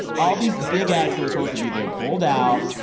all these big acts that were supposed to be there pulled out.